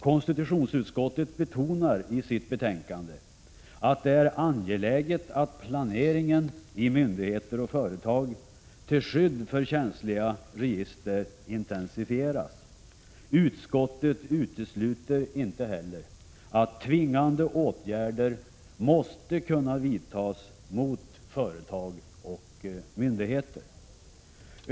Konstitutionsutskottet betonar i sitt betänkande att det är angeläget att planeringen i myndigheter och företag till skydd för känsliga register intensifieras. 155 Utskottet utesluter inte heller att tvingande åtgärder måste kunna vidtas mot företag och myndigheter.